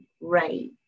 right